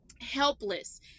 helpless